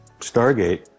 Stargate